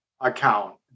account